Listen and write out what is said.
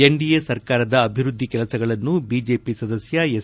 NDA ಸರ್ಕಾರದ ಅಭಿವೃದ್ದಿ ಕೆಲಸಗಳನ್ನು ಬಿಜೆಪಿ ಸದಸ್ಯ ಎಸ್